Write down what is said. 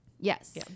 yes